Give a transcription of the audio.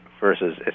versus